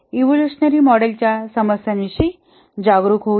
evolutionary मॉडेलच्या समस्यांविषयी जागरूक होऊया